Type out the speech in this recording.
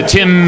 Tim